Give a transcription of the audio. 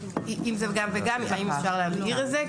אם זה גם וגם, האם אפשר להבהיר את זה?